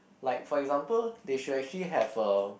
like for example they should actually have a